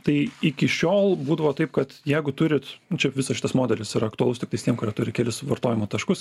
tai iki šiol būdavo taip kad jeigu turit nu čia visas šitas modelis yra aktualus tiktais tiem kurie turi kelis suvartojimo taškus